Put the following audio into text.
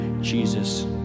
Jesus